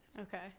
Okay